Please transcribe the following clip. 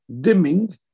dimming